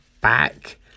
back